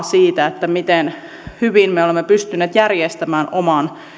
siitä miten hyvin me olemme pystyneet järjestämään oman